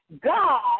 God